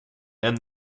and